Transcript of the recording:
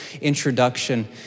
introduction